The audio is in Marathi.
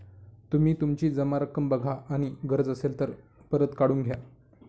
तुम्ही तुमची जमा रक्कम बघा आणि गरज असेल तर परत काढून घ्या